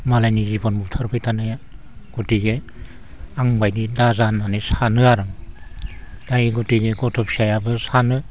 मालायनि जिबन बुथारबाय थानाया गतिके आंबायदि दा जा होननानै सानो आरो आं दा इ गतिके गथ' फिसायाबो सानो